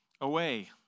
away